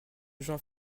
gens